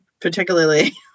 particularly